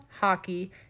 hockey